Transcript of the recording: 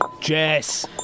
Jess